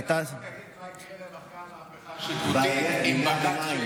תגיד גם מה יקרה להן אחרי המהפכה השיפוטית עם בג"ץ,